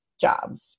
jobs